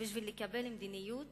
בשביל לקבל מדיניות